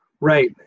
Right